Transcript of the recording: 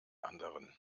anderen